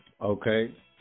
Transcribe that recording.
Okay